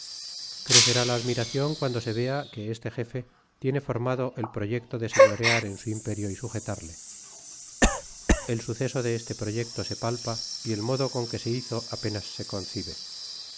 crecera la admiracion cuando se ea que este g de tiene formado el proyecto de señorear en su imperio y sujetarle el suceso de este proyecto se palpa y el modo con que se hizo apenas se concibe